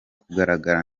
kugaragara